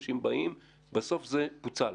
אנשים באים ובסוף זה פוצל.